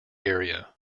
area